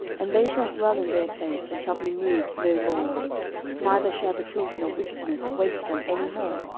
and they shall dwell in their place, and shall be moved no more neither shall the children of wickedness waste them any more,